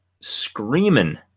screaming